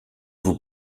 vous